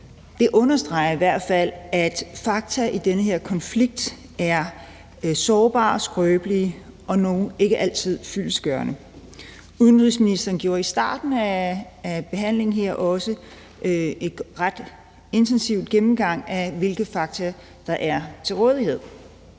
det understreger i hvert fald, at fakta i den her konflikt er sårbare, skrøbelige og ikke altid fyldestgørende. Udenrigsministeren foretog i starten af behandlingen her også en ret intensiv gennemgang af, hvilke fakta der er til rådighed.